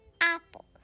apples